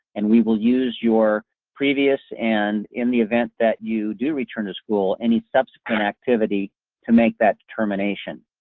and we will use your previous, and in the event that you do return to school, any subsequent activity to make that determination.